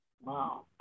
Wow